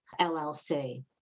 LLC